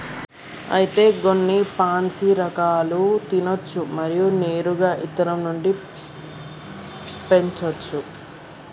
అయితే గొన్ని పాన్సీ రకాలు తినచ్చు మరియు నేరుగా ఇత్తనం నుండి పెంచోచ్చు